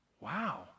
Wow